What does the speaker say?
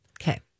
Okay